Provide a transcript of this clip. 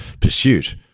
pursuit